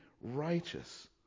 righteous